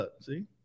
see